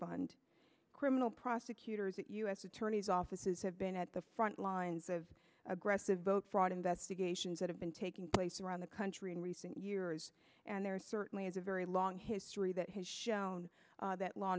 fund criminal prosecutors at u s attorney's offices have been at the front lines of aggressive vote fraud investigations that have been taking place around the country in recent years and there certainly is a very long history that has shown that law